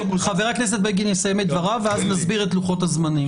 בגין יסיים את דבריו ואז נסביר את לוחות הזמנים.